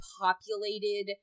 populated